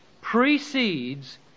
precedes